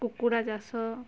କୁକୁଡ଼ା ଚାଷ